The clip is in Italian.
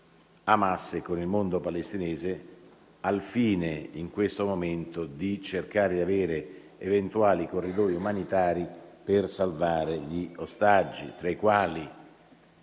Hamas e con il mondo palestinese al fine, in questo momento, di cercare di avere eventuali corridoi umanitari per salvare gli ostaggi, tra i quali